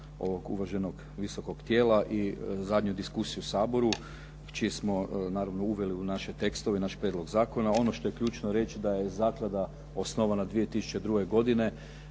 uvaženog visokog tijela i zadnju diskusiju u Saboru čije smo naravno uveli u naše tekstove i naš prijedlog zakona. Ono što je ključno reći da je zaklada osnovana 2002. godine,